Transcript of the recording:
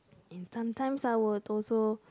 and sometimes I will also